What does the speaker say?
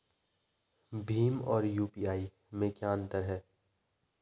भीम और यू.पी.आई में क्या अंतर है?